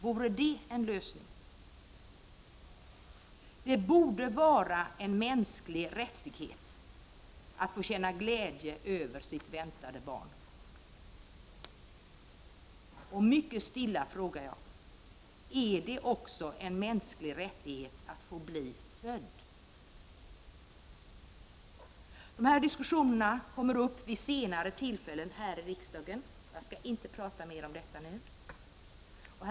Vore det en lösning? Det borde vara en mänsklig rättighet att få känna glädje över sitt väntade barn. Mycket stilla frågar jag: Är det också en mänsklig rättighet att få bli född? Dessa diskussioner kommer upp vid senare tillfälle här i kammaren, varför jag inte skall tala om dem mer nu.